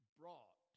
brought